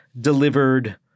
delivered